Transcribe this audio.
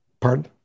Pardon